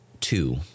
two